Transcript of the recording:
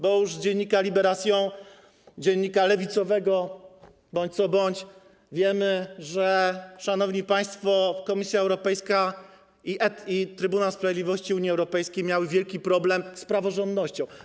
Bo już z dziennika „Libération”, dziennika lewicowego bądź co bądź, wiemy, że, szanowni państwo, Komisja Europejska i Trybunał Sprawiedliwości Unii Europejskiej miały wielki problem z praworządnością.